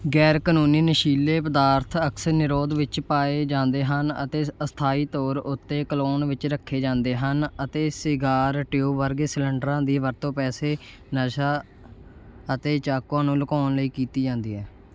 ਗੈਰ ਕਾਨੂੰਨੀ ਨਸ਼ੀਲੇ ਪਦਾਰਥ ਅਕਸਰ ਨਿਰੋਧ ਵਿੱਚ ਪਾਏ ਜਾਂਦੇ ਹਨ ਅਤੇ ਸ ਅਸਥਾਈ ਤੌਰ ਉੱਤੇ ਕਲੋਨ ਵਿੱਚ ਰੱਖੇ ਜਾਂਦੇ ਹਨ ਅਤੇ ਸਿਗਾਰ ਟਿਊਬ ਵਰਗੇ ਸਿਲੰਡਰਾਂ ਦੀ ਵਰਤੋਂ ਪੈਸੇ ਨਸ਼ਾ ਅਤੇ ਚਾਕੂਆਂ ਨੂੰ ਲੁਕਾਉਣ ਲਈ ਕੀਤੀ ਜਾਂਦੀ ਹੈ